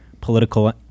political